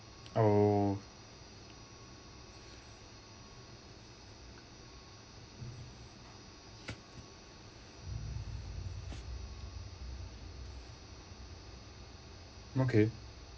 oh okay